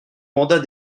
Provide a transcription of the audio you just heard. mandat